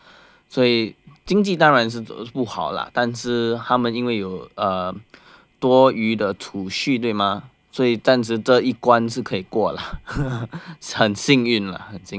所以经济当然是真的不好啦但是他们因为多余的储蓄对吗所以暂时这一关是可以过啦很幸运了很幸运啊